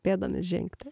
pėdomis žengti